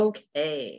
Okay